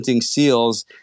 seals